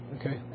Okay